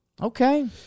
Okay